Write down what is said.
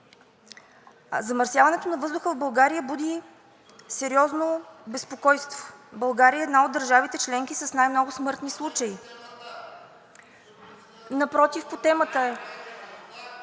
Замърсяването на въздуха в България буди сериозно безпокойство. България е една от държавите членки с най-много смъртни случаи. (Реплики от народния